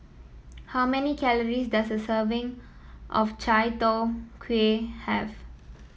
how many calories does a serving of Chai Tow Kway have